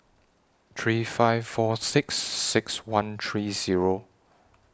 three five four six six one three Zero